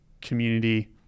community